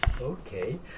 Okay